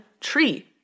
tree